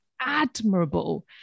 admirable